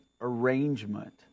arrangement